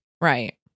right